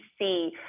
see